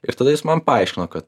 ir tada jis man paaiškino kad